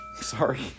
sorry